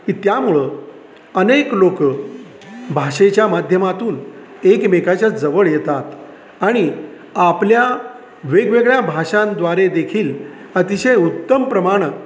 की त्यामुळं अनेक लोक भाषेच्या माध्यमातून एकमेकाच्या जवळ येतात आणि आपल्या वेगवेगळ्या भाषांद्वारे देखील अतिशय उत्तम प्रमाणं